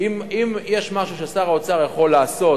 יש משהו ששר האוצר יכול לעשות,